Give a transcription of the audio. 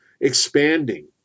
expanding